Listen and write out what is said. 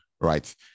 Right